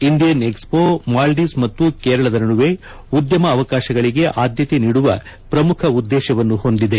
Indian expo Maldives ಮತ್ತು ಕೇರಳದ ನಡುವೆ ಉದ್ದಮ ಅವಕಾಶಗಳಿಗೆ ಆದ್ದತೆ ನೀಡುವ ಪ್ರಮುಖ ಉದ್ದೇಶವನ್ನು ಹೊಂದಿದೆ